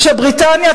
כשבריטניה,